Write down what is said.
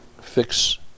fix